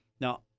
Now